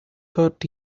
taught